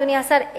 אדוני השר,